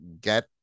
get